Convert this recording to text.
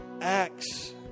acts